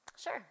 Sure